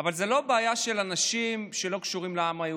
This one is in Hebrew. אבל זאת לא בעיה של אנשים שלא קשורים לעם היהודי.